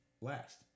last